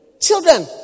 Children